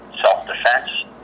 self-defense